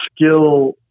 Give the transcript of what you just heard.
skill